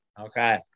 Okay